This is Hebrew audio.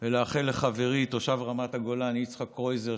ולאחל לחברי תושב רמת הגולן יצחק קרויזר,